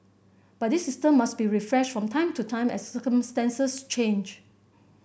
but this system must be refreshed from time to time as circumstances change